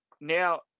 Now